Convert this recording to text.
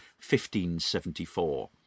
1574